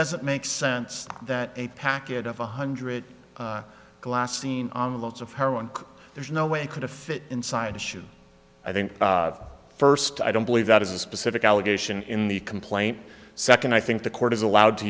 doesn't make sense that a packet of one hundred glassine on lots of her own there's no way could have fit inside a shoe i think first i don't believe that is a specific allegation in the complaint second i think the court is allowed to